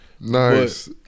Nice